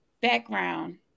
background